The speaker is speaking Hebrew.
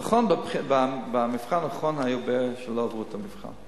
נכון, במבחן האחרון היו הרבה שלא עברו את המבחן.